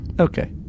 Okay